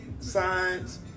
Science